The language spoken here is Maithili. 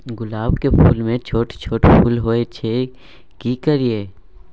गुलाब के फूल में छोट छोट फूल होय छै की करियै?